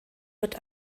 wird